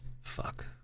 Fuck